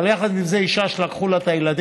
אבל יחד עם זאת, אישה שלקחו לה את הילדים